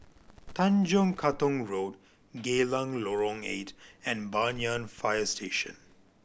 Tanjong Katong Road Geylang Lorong Eight and Banyan Fire Station